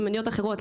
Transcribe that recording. במדינות אחרות,